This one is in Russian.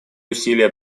усилия